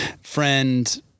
friend